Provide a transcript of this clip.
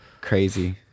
crazy